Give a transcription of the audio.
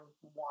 one